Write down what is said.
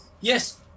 yes